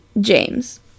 James